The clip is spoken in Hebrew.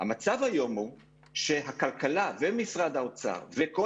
המצב היום הוא שהכלכלה ומשרד האוצר וכל